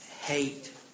hate